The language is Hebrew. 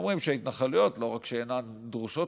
שאומרים שההתנחלויות לא רק שאינן דרושות